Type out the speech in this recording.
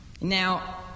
Now